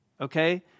okay